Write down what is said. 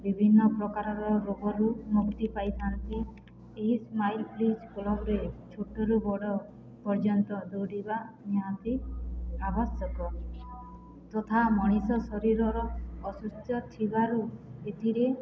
ବିଭିନ୍ନ ପ୍ରକାରର ରୋଗରୁ ମୁକ୍ତି ପାଇଥାନ୍ତି ଏହି ସ୍ମାଇଲ୍ ପ୍ଲିଜ୍ କ୍ଲବ୍ରେ ଛୋଟରୁ ବଡ଼ ପର୍ଯ୍ୟନ୍ତ ଦୌଡ଼ିବା ନିହାତି ଆବଶ୍ୟକ ତଥା ମଣିଷ ଶରୀରର ଅସୁସ୍ଥ ଥିବାରୁ ଏଥିରେ